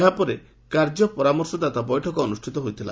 ଏହାପରେ କାର୍ଯ୍ୟ ପରାମର୍ଶଦାତା ବୈଠକ ଅନୁଷ୍ପିତ ହୋଇଥିଲା